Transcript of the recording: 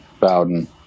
Bowden